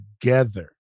together